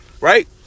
right